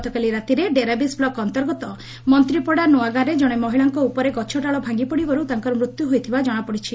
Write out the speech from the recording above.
ଗତକାଲି ରାତିରେ ଡେରାବିଶ୍ ବ୍ଲକ ଅନ୍ତର୍ଗତ ମନ୍ତୀପଡ଼ା ନୂଆଗାଁରେ ଜଣେ ମହିଳାଙ୍କ ଉପରେ ଗଛ ଡାଳ ଭାଙ୍ଗି ପଡ଼ିବାରୁ ତାଙ୍କର ମୃତ୍ୟୁ ହୋଇଥିବା ଜଣାପଡ଼ିଛି